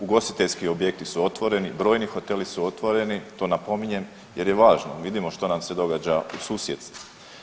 Ugostiteljski objekti su otvoreni, brojni hoteli su otvoreni, to napominjem jer je važno, vidimo što nam se događa u susjedstvu.